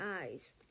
eyes